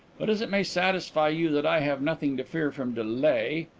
but as it may satisfy you that i have nothing to fear from delay,